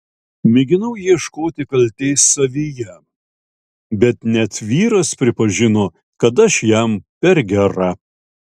mėginau ieškoti kaltės savyje bet net vyras pripažino kad aš jam per gera